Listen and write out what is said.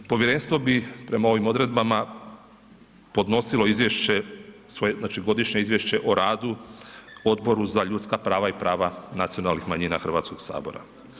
Povjerenstvo bi prema ovim odredbama podnosilo izvješće, znači godišnje izvješće o radu Odboru za ljudska prava i prava nacionalnih manjina Hrvatskog sabora.